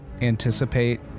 anticipate